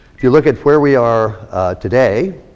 if you look at where we are today,